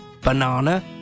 banana